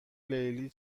لیلی